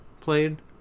played